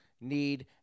need